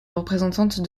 représentante